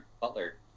Butler